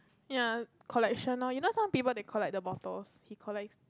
ya collection lor you know some people they collect the motors he collects